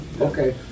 okay